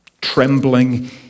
trembling